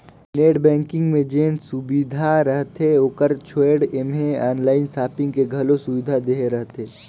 net banking मे जेन सुबिधा रहथे ओकर छोयड़ ऐम्हें आनलाइन सापिंग के घलो सुविधा देहे रहथें